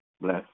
Bless